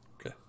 Okay